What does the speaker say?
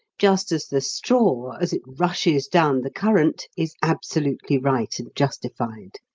just as the straw as it rushes down the current is absolutely right and justified.